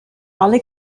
alle